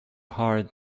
hard